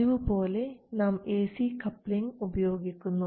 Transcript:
പതിവുപോലെ നാം A C coupling ഉപയോഗിക്കുന്നു